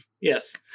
yes